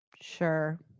Sure